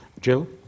Jill